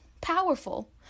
powerful